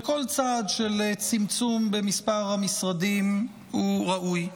וכל צעד של צמצום במספר המשרדים הוא ראוי.